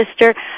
sister